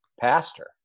pastor